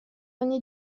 ogni